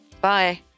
Bye